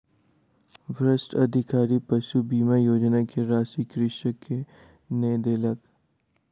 भ्रष्ट अधिकारी पशु बीमा योजना के राशि कृषक के नै देलक